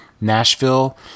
Nashville